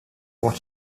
what